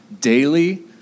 daily